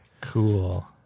Cool